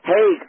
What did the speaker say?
Hey